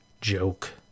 joke